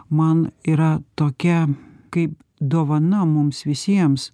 man yra tokia kaip dovana mums visiems